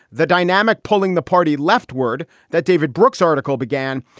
the dynamic pulling the party leftward that david brooks article began.